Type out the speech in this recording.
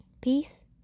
Peace